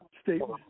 statement